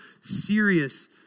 serious